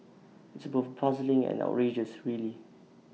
it's both puzzling and outrageous really